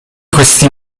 questi